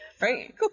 Right